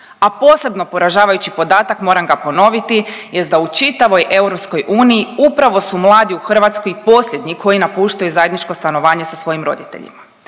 a posebno poražavajući podatak, moram ga ponoviti, jest da u čitavoj EU upravo su mladi u Hrvatskoj posljednji koji napuštaju zajedničko stanovanje sa svojim roditeljima.